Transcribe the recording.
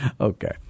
Okay